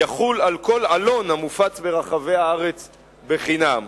יחול על כל עלון המופץ ברחבי הארץ בחינם.